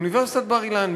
אוניברסיטת בר-אילן,